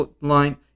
line